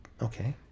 Okay